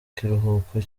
kiruhuko